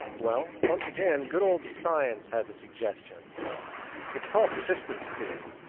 well, once again, good old science has a suggestion it's called systems theory.